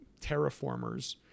terraformers